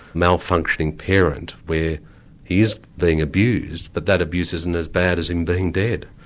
malfunctioning parent where he is being abused, but that abuse isn't as bad as him being dead?